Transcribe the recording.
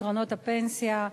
לקרנות הפנסיה,